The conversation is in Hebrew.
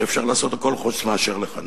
שאפשר לעשות הכול חוץ מאשר לחנך.